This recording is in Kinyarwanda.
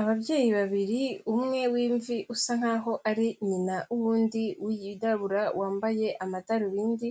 Ababyeyi babiri umwe w'imvi usa nk'aho ari nyina w'undi wirabura, wambaye amadarubindi